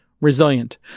resilient